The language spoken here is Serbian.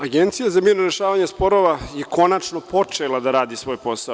Agencija za mirno rešavanje sporova je konačno počela da radi svoj posao.